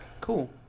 Cool